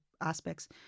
aspects